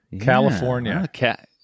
California